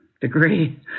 degree